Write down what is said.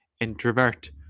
introvert